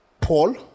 Paul